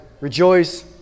Rejoice